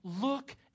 look